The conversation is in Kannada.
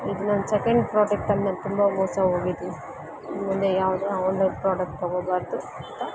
ಇದು ನನ್ನ ಸೆಕೆಂಡ್ ಪ್ರೋಡಕ್ಟಲ್ಲಿ ನಾನು ತುಂಬ ಮೋಸ ಹೋಗಿದೀನ್ ಇನ್ಮುಂದೆ ಯಾವುದೇ ಆನ್ಲೈನ್ ಪ್ರೋಡಕ್ಟ್ ತಗೊಬಾರದು ಅಂತ